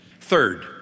Third